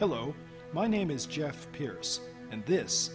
hello my name is jeff pierce and this